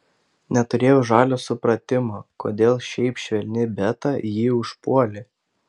neturėjau žalio supratimo kodėl šiaip švelni beta jį užpuolė